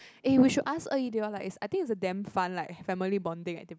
eh we should ask Er-Yi they all like is I think is a damn fun like family bonding activity